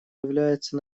является